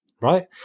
Right